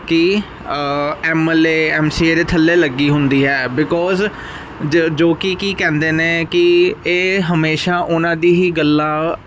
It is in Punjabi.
ਕੀ ਐਮਐਲਏ ਐਮਸੀ ਇਹਦੇ ਥੱਲੇ ਲੱਗੀ ਹੁੰਦੀ ਹੈ ਬਿਕੋਜ਼ ਜ ਜੋ ਕਿ ਕੀ ਕਹਿੰਦੇ ਨੇ ਕਿ ਇਹ ਹਮੇਸ਼ਾ ਉਹਨਾਂ ਦੀ ਹੀ ਗੱਲਾਂ